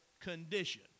condition